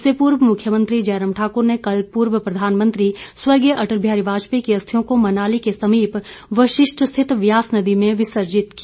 इससे पूर्व मुख्यमंत्री जयराम ठाकुर ने कल पूर्व प्रधानमंत्री स्वर्गीय अटल बिहारी वाजपेयी की अस्थियां को मनाली के समीप वशिष्ट स्थित व्यास नदी में विसर्जित किया